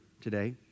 today